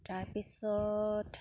তাৰপিছত